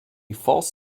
false